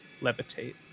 Levitate